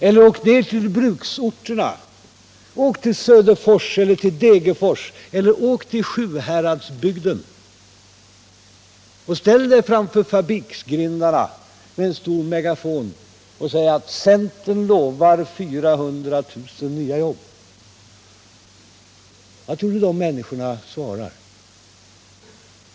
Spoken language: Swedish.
Eller åk ned till bruksorterna, åk till Söderfors eller Degerfors, åk till Sjuhäradsbygden. Ställ dig framför fabriksgrindarna med en stor megafon och säg: Centern lovar 400 000 nya jobb! Vad tror du att människorna då svarar?